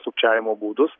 sukčiavimo būdus